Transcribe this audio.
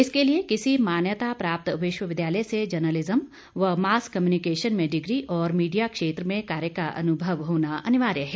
इसके लिए किसी मान्यता प्राप्त विश्वविद्यालय से जर्नलिज्म व मास कम्युनिकेशन में डिग्री और मीडिया क्षेत्र में कार्य का अनुभव अनिवार्य है